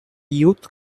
youth